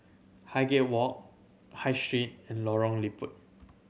Highgate Walk High Street and Lorong Liput